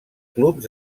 clubs